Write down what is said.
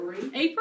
April